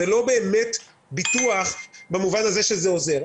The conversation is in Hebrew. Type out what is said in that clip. זה לא באמת ביטוח במובן הזה שזה עוזר.